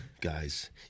guys